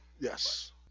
Yes